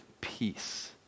peace